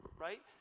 Right